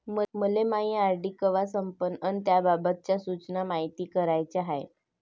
मले मायी आर.डी कवा संपन अन त्याबाबतच्या सूचना मायती कराच्या हाय